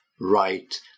right